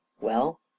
Well